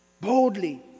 Boldly